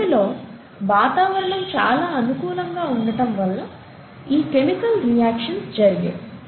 భూమిలో వాతావరణం చాలా అనుకూలంగా ఉండటంవల్ల ఈ కెమికల్ రియాక్షన్స్ జరిగాయి